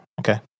Okay